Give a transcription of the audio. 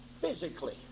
physically